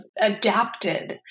adapted